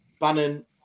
Bannon